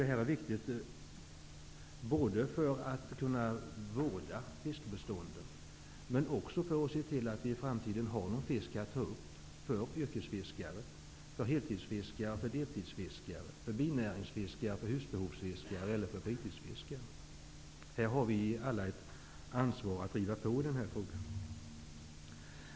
Detta är viktigt både för att kunna vårda fiskebeståndet och för att i framtiden se till att det finns någon fisk att ta upp för yrkesfiskare, heltidsfiskare, deltidsfiskare, binäringsfiskare, husbehovsfiskare eller fritidsfiskare. Här har vi alla ett ansvar att driva på i denna fråga.